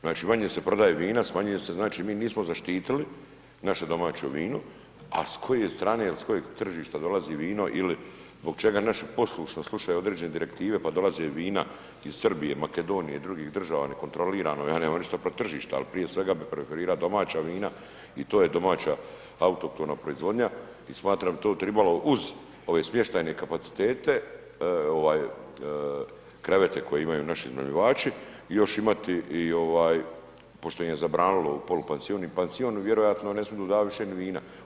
Znači manje se prodaje vina, smanjuje se, znači mi nismo zaštitili naše domaće vino, a s koje strane il s kojeg tržišta dolazi vino il zbog čega naši poslušno slušaju određene direktive pa dolaze vina iz Srbije, Makedonije, drugih država nekontrolirano, ja nemam ništa protiv tržišta, ali prije svega bi preferira domaća vina i to je domaća autohtona proizvodnja i smatram to bi tribalo uz ove smještajne kapacitete ovaj krevete koje imaju naši iznajmljivači još imati i ovaj pošto im je zabranilo u polupansion i pansion vjerojatno ne smiju davati više ni vina.